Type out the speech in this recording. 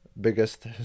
biggest